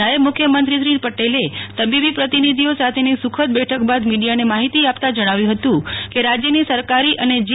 નાયબ મુખ્યમંત્રી શ્રી નીતિન પટેલે તબીબી પ્રતિનિધિઓ સાથેની સુખદ બેઠક બાદ મીડિયા ન માહિતી આપતા જણાવ્યું હતું કે રાજયની સરકારી અને જી